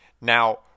Now